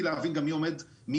מי